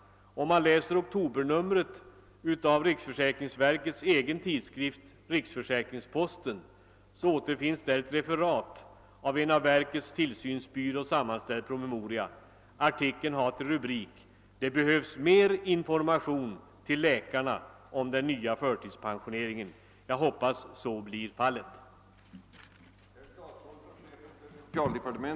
I oktobernumret av riksförsäkringsverkets egen tidskrift »Riksförsäkringsposten» finns ett referat av en av verkets tillsynsbyrå sammanställd promemoria. Artikeln har till rubrik »Det behövs mer information till läkarna om den nya förtidspensioneringen». Jag hoppas den informationen kommer.